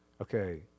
Okay